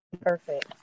Perfect